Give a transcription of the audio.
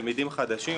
תלמידים חדשים,